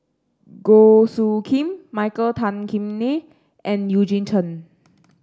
Goh Soo Khim Michael Tan Kim Nei and Eugene Chen